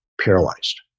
paralyzed